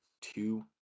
two